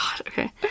Okay